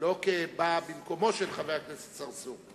לא כבא במקומו של חבר הכנסת צרצור,